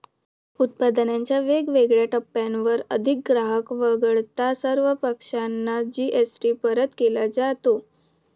उत्पादनाच्या वेगवेगळ्या टप्प्यांवर अंतिम ग्राहक वगळता सर्व पक्षांना जी.एस.टी परत केला जातो